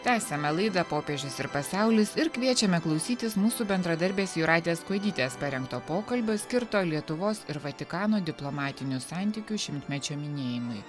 tęsiame laidą popiežius ir pasaulis ir kviečiame klausytis mūsų bendradarbės jūratės kuodytės paremto pokalbio skirto lietuvos ir vatikano diplomatinių santykių šimtmečio minėjimui